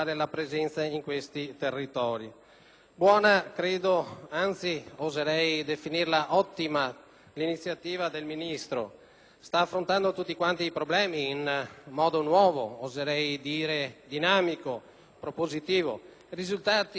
Buona, anzi oserei definire ottima, l'iniziativa del Ministro: sta affrontando tutti i problemi in modo nuovo, oserei dire dinamico e propositivo ed i risultati si sono visti e si stanno vedendo,